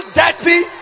dirty